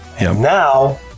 Now